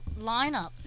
lineup